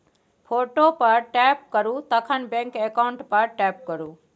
photo पर tap करु तखन बैंक अकाउंट पर टैप करु